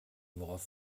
worauf